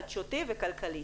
חדשותי וכלכלי.